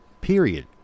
Period